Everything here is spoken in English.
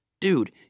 Dude